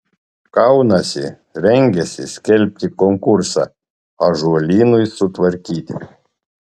kaunasi rengiasi skelbti konkursą ąžuolynui sutvarkyti